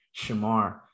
Shamar